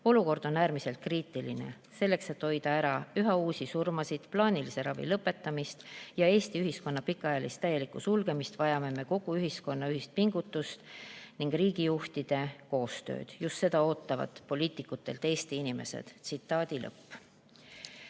Olukord on äärmiselt kriitiline. Selleks, et hoida ära üha uusi surmasid, plaanilise ravi lõpetamist ja Eesti ühiskonna pikaajalist täielikku sulgemist, vajame me kogu ühiskonna ühist pingutust ning riigijuhtide koostööd. Just seda ootavad poliitikutelt Eesti inimesed." Loodan,